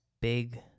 big